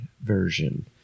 version